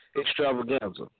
Extravaganza